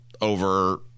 over